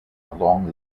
along